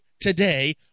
today